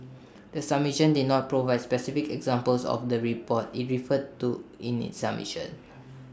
the submission did not provide specific examples of the reports IT referred to in its submission